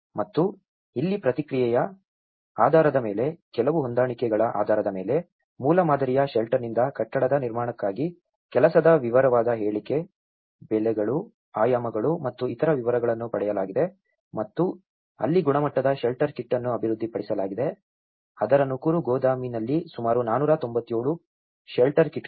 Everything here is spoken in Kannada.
ಮತ್ತು ಇಲ್ಲಿ ಪ್ರತಿಕ್ರಿಯೆಯ ಆಧಾರದ ಮೇಲೆ ಕೆಲವು ಹೊಂದಾಣಿಕೆಗಳ ಆಧಾರದ ಮೇಲೆ ಮೂಲಮಾದರಿಯ ಶೆಲ್ಟರ್ನಿಂದ ಕಟ್ಟಡದ ನಿರ್ಮಾಣಕ್ಕಾಗಿ ಕೆಲಸದ ವಿವರವಾದ ಹೇಳಿಕೆ ಬೆಲೆಗಳು ಆಯಾಮಗಳು ಮತ್ತು ಇತರ ವಿವರಗಳನ್ನು ಪಡೆಯಲಾಗಿದೆ ಮತ್ತು ಅಲ್ಲಿ ಗುಣಮಟ್ಟದ ಶೆಲ್ಟರ್ ಕಿಟ್ ಅನ್ನು ಅಭಿವೃದ್ಧಿಪಡಿಸಲಾಗಿದೆ ಅದರ ನಕುರು ಗೋದಾಮಿನಲ್ಲಿ ಸುಮಾರು 497 ಶೆಲ್ಟರ್ ಕಿಟ್ಗಳು